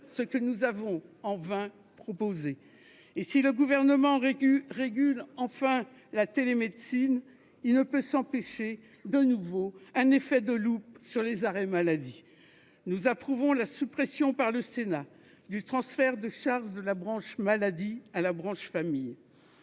ce que nous avons proposé, en vain. Si le Gouvernement régule enfin la télémédecine, il ne peut s'empêcher un nouvel effet de loupe sur les arrêts maladie. Nous approuvons la suppression par le Sénat du transfert de charges de la branche maladie vers la branche famille.